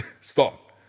stop